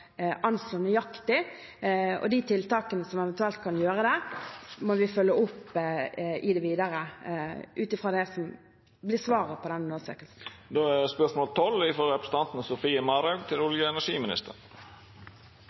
nøyaktig, og de tiltakene man eventuelt kan gjøre der, må vi følge opp i det videre, ut fra det som blir svaret på den undersøkelsen. Mitt spørsmål